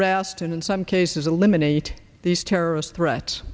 arrest and in some cases eliminate these terrorist threats